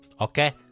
Okay